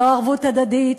לא ערבות הדדית,